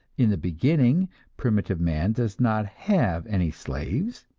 in the beginning primitive man does not have any slaves,